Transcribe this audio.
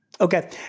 Okay